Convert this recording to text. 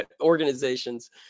organizations